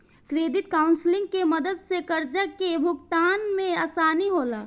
credit counselling के मदद से कर्जा के भुगतान में आसानी होला